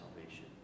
salvation